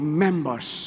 members